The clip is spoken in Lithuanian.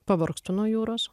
pavargstu nuo jūros